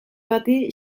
bati